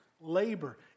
labor